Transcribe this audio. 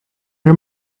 her